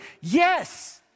Yes